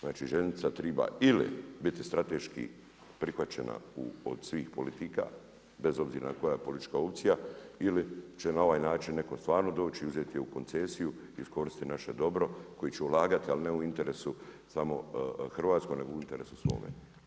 Znači željeznica treba ili biti strateški prihvaćena od svih politika bez obzira koja je politička opcija ili će na ovaj način neko stvarno doći uzeti je u koncesiju i iskoristiti naše dobre, koji će ulagati, ali ne u interesu hrvatskom nego u interesu svome.